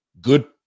Good